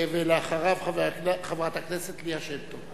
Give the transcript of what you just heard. ואחריו, חברת הכנסת ליה שמטוב.